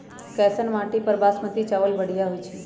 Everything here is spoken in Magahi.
कैसन माटी पर बासमती चावल बढ़िया होई छई?